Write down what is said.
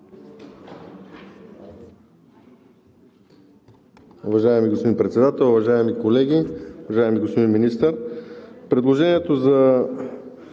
Уважаеми господин Председател, уважаеми колеги, уважаеми господин Министър! Предложението за